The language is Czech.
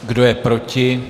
Kdo je proti?